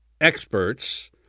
experts